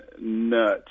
nuts